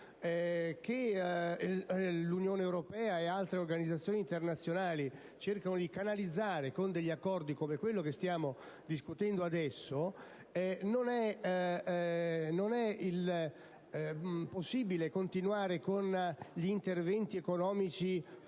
che l'Unione europea e altre organizzazioni internazionali cercano di canalizzare con degli accordi come quello di cui stiamo discutendo adesso, non è possibile continuare con interventi economici più